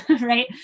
right